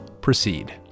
proceed